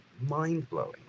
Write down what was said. mind-blowing